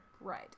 Right